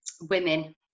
women